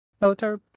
military